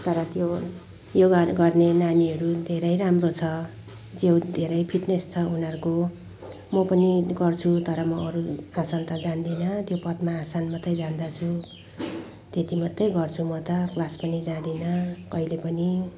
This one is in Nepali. तर त्यो योगाहरू गर्ने नानीहरू धेरै राम्रो छ यो धेरै फिट्नेस छ उनीहरूको म पनि गर्छु तर म अरू आसन त जान्दिनँ त्यो पद्मासन मात्रै जान्दछु त्यति मात्रै गर्छु म त क्लास पनि जाँदिनँ कहिले पनि